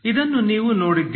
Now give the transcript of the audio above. ಇದನ್ನು ನೀವು ನೋಡಿದ್ದೀರಿ